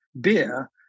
beer